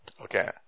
Okay